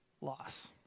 loss